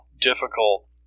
difficult